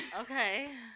Okay